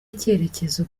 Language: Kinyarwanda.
icyerekezo